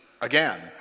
again